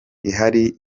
ihari